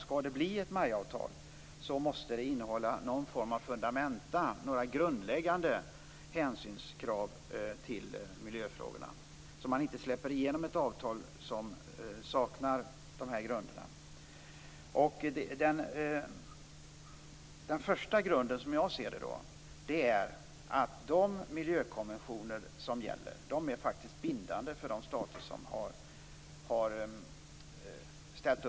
Skall det bli ett MAI-avtal måste det innehålla någon form av grundläggande krav på hänsyn till miljöfrågorna, så att man inte släpper igenom ett avtal som saknar dessa grunder. Det första grunden är att de miljökonventioner som gäller är bindande för de stater som har undertecknad dem.